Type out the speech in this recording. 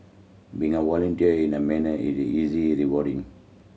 being a volunteer in the manner is easy rewarding